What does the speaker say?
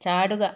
ചാടുക